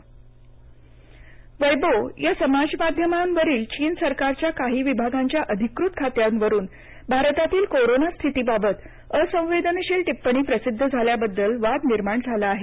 चीन पत्र वैबो या समाज माध्यमावरील चीन सरकारच्या काही विभागांच्या अधिकृत खात्यावरून भारतातील कोरोना स्थितीबाबत असंवेदनशील टिपण्णी प्रसिद्ध झाल्याबद्दल वाद निर्माण झाला आहे